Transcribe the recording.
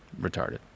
retarded